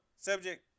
Subject